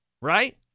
right